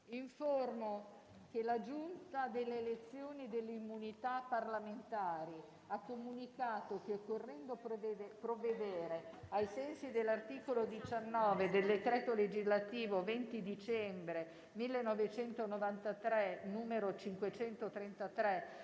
Informo che la Giunta delle elezioni e delle immunità parlamentari ha comunicato che, occorrendo provvedere, ai sensi dell'articolo 19 del decreto legislativo 20 dicembre 1993, n. 533,